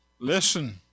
Listen